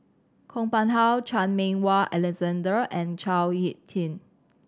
Kong Pung How Chan Meng Wah Alexander and Chao Hick Tin